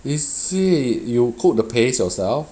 is it you cook the paste yourself